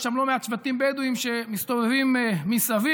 יש שם לא מעט שבטים בדואיים שמסתובבים מסביב,